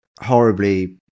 horribly